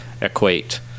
equate